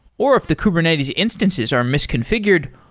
or if the kubernetes instances are misconfigured,